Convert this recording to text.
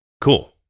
cool